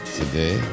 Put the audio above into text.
today